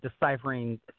deciphering